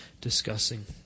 discussing